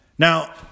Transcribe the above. Now